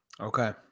okay